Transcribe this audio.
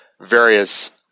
various